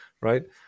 right